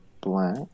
black